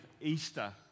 Easter